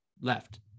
left